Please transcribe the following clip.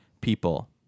people